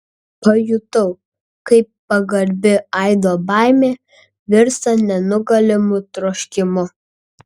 pajutau kaip pagarbi aido baimė virsta nenugalimu troškimu